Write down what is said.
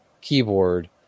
keyboard